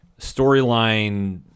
storyline